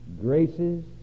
graces